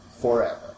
forever